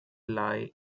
lie